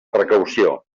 precaució